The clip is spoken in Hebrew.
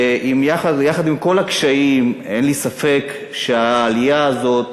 יחד עם כל הקשיים, אין לי ספק שהעלייה הזאת